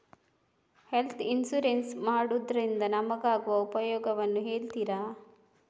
Health insurance ಮಾಡೋದ್ರಿಂದ ನಮಗಾಗುವ ಉಪಯೋಗವನ್ನು ಹೇಳ್ತೀರಾ?